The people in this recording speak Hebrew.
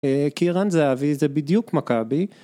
כי רן זהבי זה בדיוק מכבי